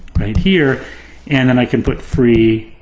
right here and then i can put free,